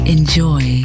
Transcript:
Enjoy